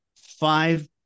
five